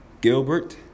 Gilbert